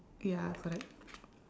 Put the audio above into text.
ya correct